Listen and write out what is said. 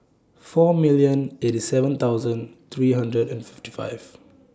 four million eighty seven thousand three hundred and fifty five